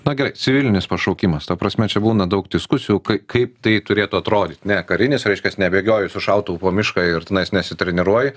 na gerai civilinis pašaukimas ta prasme čia būna daug diskusijų kaip tai turėtų atrodyt ne karinis reiškias nebėgioji su šautuvu po mišką ir tenais nesitreniruoji